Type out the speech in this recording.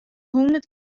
hûndert